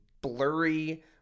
blurry